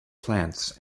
plants